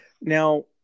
Now